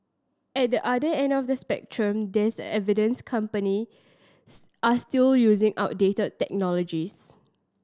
at the other end of the spectrum there's evidence company are still using outdated technologies